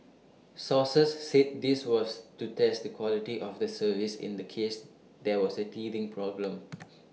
sources said this was to test the quality of the service in the case there were teething problems